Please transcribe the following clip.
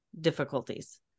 difficulties